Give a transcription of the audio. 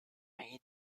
bade